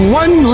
one